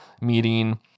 meeting